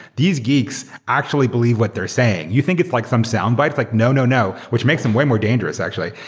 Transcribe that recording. these geeks actually believe what they're saying. you think it's like some soundbite? it's like. no. no. no, which makes them way more dangerous actually.